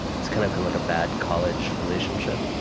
it's kind of become like a bad college relationship.